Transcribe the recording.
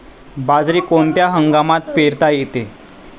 बाजरी कोणत्या हंगामात पेरता येते?